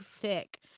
thick